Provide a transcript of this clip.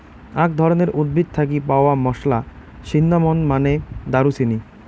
আক ধরণের উদ্ভিদ থাকি পাওয়া মশলা, সিন্নামন মানে দারুচিনি